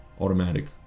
automatic